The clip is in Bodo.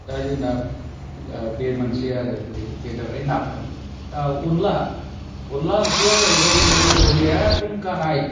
दा जोंना बे मोनसे आरो बे जाबाय नाफाम दा अनद्ला अनद्ला ओंख्रिया जाहैबाय जोंनि बर'नि एखदम गाहाय